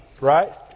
right